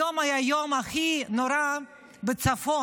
היום היה היום הכי נורא בצפון,